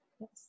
Yes